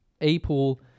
A-pool